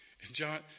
John